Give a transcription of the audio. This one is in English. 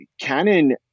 Canon